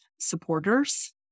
supporters